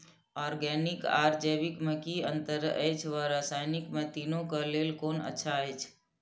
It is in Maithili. ऑरगेनिक आर जैविक में कि अंतर अछि व रसायनिक में तीनो क लेल कोन अच्छा अछि?